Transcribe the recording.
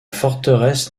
forteresse